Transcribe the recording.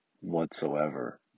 whatsoever